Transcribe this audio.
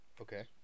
Okay